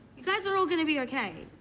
you guys are all going to be ok.